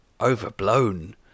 overblown